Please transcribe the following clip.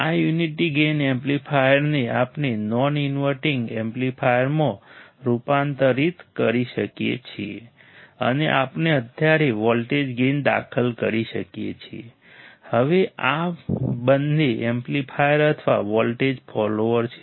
આ unity gain એમ્પ્લીફાયરને આપણે નોન ઈન્વર્ટીંગ એમ્પ્લીફાયરમાં રૂપાંતરિત કરી શકીએ છીએ અને આપણે અત્યારે વોલ્ટેજ ગેઈન દાખલ કરી શકીએ છીએ હવે આ બંને એમ્પ્લીફાયર અથવા વોલ્ટેજ ફોલોઅર છે